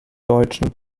deutschen